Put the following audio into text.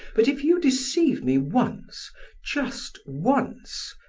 but if you deceive me once just once,